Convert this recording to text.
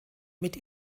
mit